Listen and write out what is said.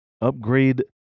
upgrade